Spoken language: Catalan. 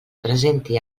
presenti